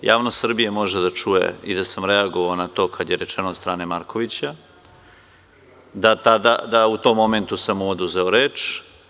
Javnost Srbije može da čuje i da sam reagovao na to kada je rečeno od strane Markovića, da sam mu u tom momentu oduzeo reč.